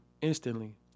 instantly